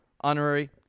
honorary